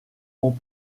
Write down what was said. ont